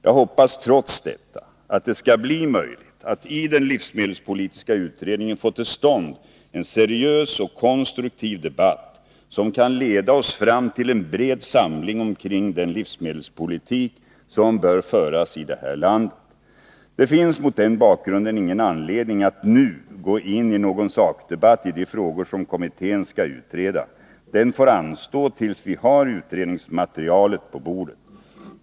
Jag hoppas trots detta att det skall bli möjligt att i den livsmedelspolitiska utredningen få till stånd en seriös och konstruktiv debatt som kan leda oss fram till en bred samling omkring den livsmedelspolitik som bör föras i det här landet. Det finns mot den bakgrunden ingen anledning att nu gå in i någon sakdebatt om de frågor som kommittén skall utreda. Den debatten får anstå tills vi har utredningsmaterialet på bordet.